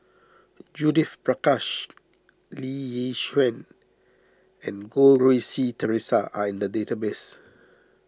Judith Prakash Lee Yi Shyan and Goh Rui Si theresa are in the database